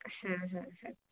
হ্যাঁ হ্যাঁ হ্যাঁ